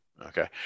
Okay